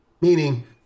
meaning